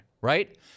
right